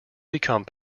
become